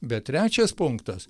bet trečias punktas